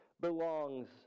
belongs